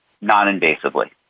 non-invasively